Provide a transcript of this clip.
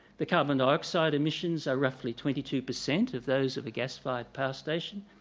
the carbon dioxide emissions are roughly twenty two percent of those of a gas-fired power station,